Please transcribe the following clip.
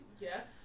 yes